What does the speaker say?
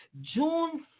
June